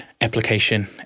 application